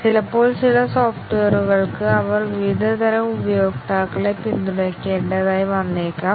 ചിലപ്പോൾ ചില സോഫ്റ്റ്വെയറുകൾക്ക് അവർ വിവിധ തരം ഉപയോക്താക്കളെ പിന്തുണയ്ക്കേണ്ടതായി വന്നേക്കാം